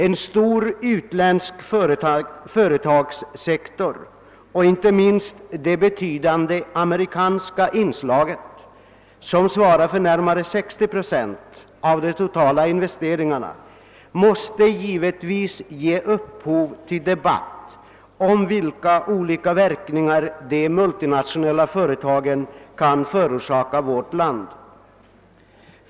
En stor utländsk företagssektor — inte minst det betydande ame rikanska inslaget, som svarar för närmare 60 procent av de totala investeringarna — måste givetvis ge upphov till debatt om vilka olika verkningar de multinationella företagen kan få för vårt land.